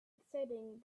exciting